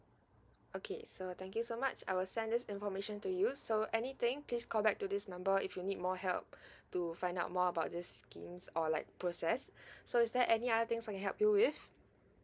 okay so thank you so much I will send this information to use so anything please call back to this number if you need more help to find out more about this schemes or like process so is there any other things I can help you with